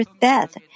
death